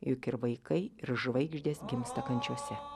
juk ir vaikai ir žvaigždės gimsta kančiose